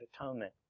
atonement